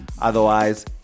Otherwise